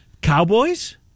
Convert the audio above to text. Cowboys